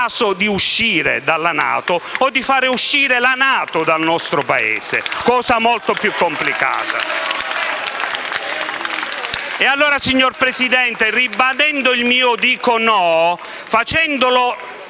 è il caso di uscire dalla NATO o di far uscire la NATO dal nostro Paese, cosa molto più complicata.